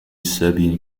serbian